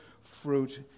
fruit